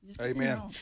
Amen